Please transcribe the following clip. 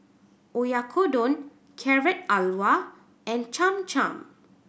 Oyakodon Carrot Halwa and Cham Cham